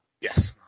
Yes